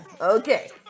Okay